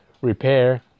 repair